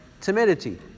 timidity